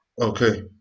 Okay